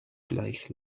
gleich